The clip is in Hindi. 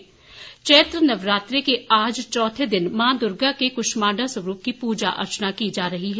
नवरात्रे चैत्र नवरात्रे के आज चौथे दिन मां दुर्गा के कुष्माण्डा स्वरूप की पूजा अर्चना की जा रही है